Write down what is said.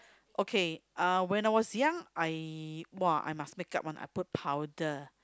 okay uh when I was young I !wah! I must make up one I put powder